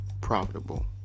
profitable